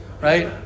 right